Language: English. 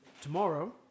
Tomorrow